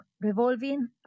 revolving